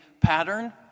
pattern